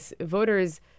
voters